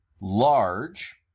large